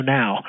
now